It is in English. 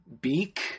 beak